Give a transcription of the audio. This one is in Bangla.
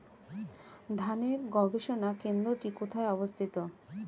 ধানের গবষণা কেন্দ্রটি কোথায় অবস্থিত?